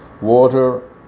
Water